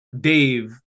Dave